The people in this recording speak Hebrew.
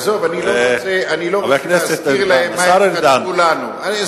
עזוב, אני לא רוצה להזכיר להם מה הם כתבו לנו.